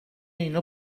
اینا